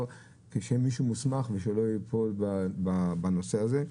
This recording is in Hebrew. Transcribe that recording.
שיהיה מישהו מוסמך ושלא יפול בנושא הזה.